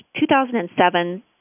2007